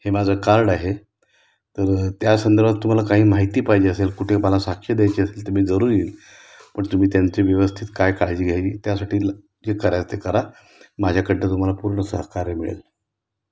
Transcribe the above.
हे माझं कार्ड आहे तर त्या संदर्भात तुम्हाला काही माहिती पाहिजे असेल कुठे मला साक्ष द्यायची असेल तुम्ही जरूरी येईल पण तुम्ही त्यांची व्यवस्थित काय काळजी घ्यायची त्यासाठी जे करायच ते करा माझ्याकडं तुम्हाला पूर्ण सहकार्य मिळेल